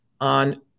on